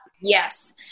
Yes